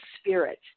Spirit